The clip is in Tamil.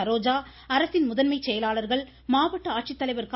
சரோஜா அரசின் முதன்மைச் செயலாளர்கள் ஆட்சித்தலைவர் க